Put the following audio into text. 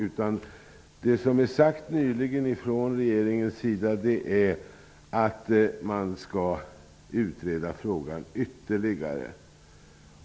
Det som regeringen har sagt nyligen är att man skall utreda frågan ytterligare.